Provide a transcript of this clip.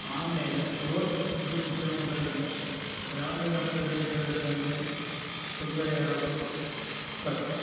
ಆಮೇಲೆ ಬೃಹತ್ ಕೃಷಿ ಉದ್ಯಮಗಳಿಂದ ಗ್ರಾಮೀಣ ಪ್ರದೇಶದ ಜನರಿಗೆ ತೊಂದರೆಯಾಗೋದು ಸತ್ಯ